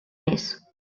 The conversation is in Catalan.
més